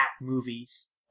movies